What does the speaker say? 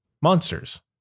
monsters